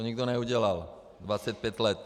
To nikdo neudělal 25 let.